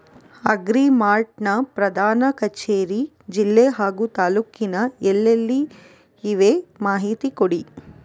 Agri mart ನ ಪ್ರಧಾನ ಕಚೇರಿ ಜಿಲ್ಲೆ ಹಾಗೂ ತಾಲೂಕಿನಲ್ಲಿ ಎಲ್ಲೆಲ್ಲಿ ಇವೆ ಮಾಹಿತಿ ಕೊಡಿ?